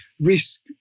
risk